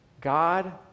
God